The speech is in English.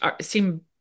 seem